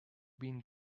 been